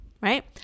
right